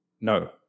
No